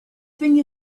thing